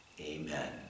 Amen